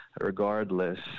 regardless